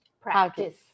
practice